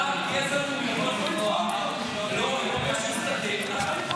הוא יכול לתבוע אותו.